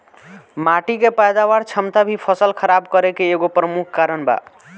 माटी के पैदावार क्षमता भी फसल खराब करे के एगो प्रमुख कारन बा